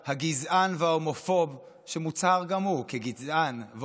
וההומופוב שמוצהר גם הוא כגזען והומופוב: